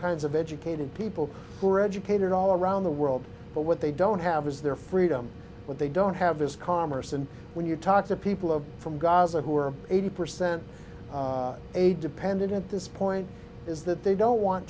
kinds of educated people who are educated all around the world but what they don't have is their freedom what they don't have is commerce and when you talk to people from gaza who are eighty percent a dependent this point is that they don't want